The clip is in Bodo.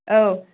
औ